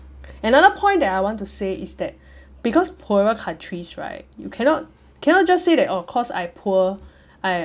another point that I want to say is that because poorer countries right you cannot cannot just say that oh cause I poor I